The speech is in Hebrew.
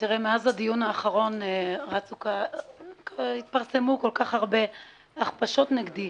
מאז הדיון האחרון התפרסמו כל כך הרבה הכפשות נגדי,